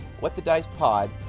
whatthedicepod